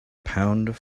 pound